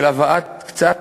של הבאת קצת,